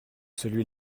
celui